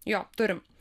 jo turim